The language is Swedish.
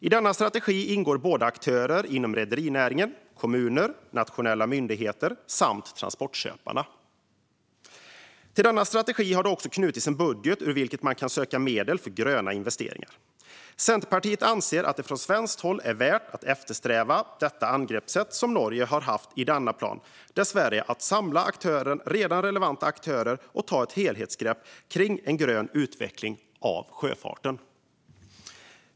I denna strategi ingår aktörer inom rederinäringen, kommuner och nationella myndigheter samt transportköparna. Till denna strategi har det också knutits en budget, ur vilken man kan söka medel för gröna investeringar. Centerpartiet anser att det från svenskt håll är värt att eftersträva det angreppssätt som Norge har haft i denna plan, det vill säga att samla relevanta aktörer och ta ett helhetsgrepp kring en grön utveckling av sjöfarten.